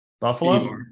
Buffalo